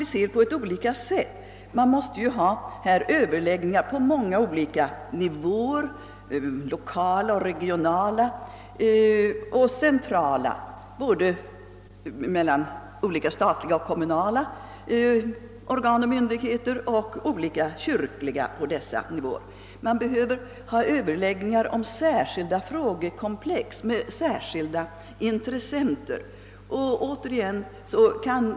Det kommer ju att bli nödvändigt att bedriva överläggningar på många olika nivåer, lokalt, regionalt och centralt, och på dessa nivåer kommer diskussioner att föras mellan olika statliga och kommunala organ och myndigheter och olika kyrkliga organ. Man kommer att behöva bedriva överläggningar om särskilda frågekomplex och med speciella intressenter.